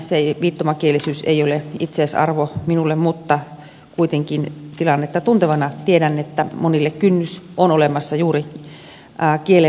viittomakielisyys ei ole itseisarvo minulle mutta kuitenkin tilannetta tuntevana tiedän että monille kynnys on olemassa juuri kielen suhteen